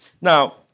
Now